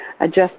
Adjust